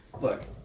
Look